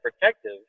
protective